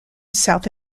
south